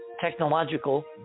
technological